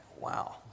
Wow